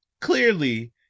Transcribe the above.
clearly